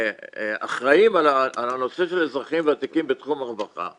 כאחראים על הנושא של אזרחים ותיקים בתחום הרווחה,